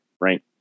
right